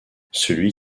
celui